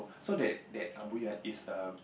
so that that is err